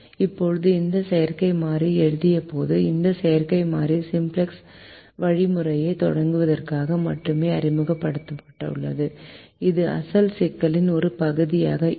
இப்போது இந்த செயற்கை மாறியை எழுதியபோதுஇந்த செயற்கை மாறி சிம்ப்ளக்ஸ் வழிமுறையைத் தொடங்குவதற்காக மட்டுமே அறிமுகப்படுத்தப்பட்டது இது அசல் சிக்கலின் ஒரு பகுதியாக இல்லை